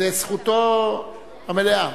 זו זכותו המלאה.